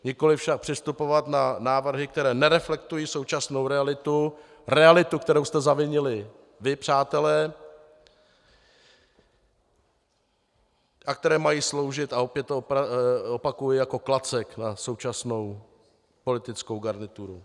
Nikoliv však přistupovat na návrhy, které nereflektují současnou realitu, realitu, kterou jste zavinili vy, přátelé, a které mají sloužit, a opět to opakuji, jako klacek na současnou politickou garnituru.